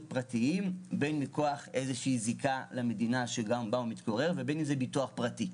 פרטיים בין מכוח זיקה למדינה שבה הוא מתגורר ובין זה ביטוח פרטי.